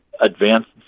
Advanced